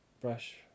brush